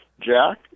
Jack